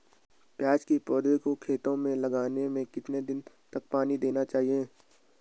प्याज़ की पौध को खेतों में लगाने में कितने दिन तक पानी देना चाहिए?